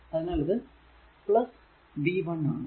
അതിനാൽ ഇത് v1 ആണ്